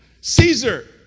Caesar